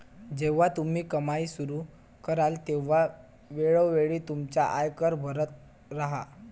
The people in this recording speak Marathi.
जेव्हा तुम्ही कमाई सुरू कराल तेव्हा वेळोवेळी तुमचा आयकर भरत राहा